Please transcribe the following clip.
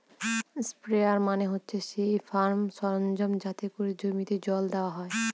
sprayer মানে হচ্ছে সেই ফার্ম সরঞ্জাম যাতে করে জমিতে জল দেওয়া হয়